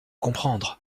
comprendre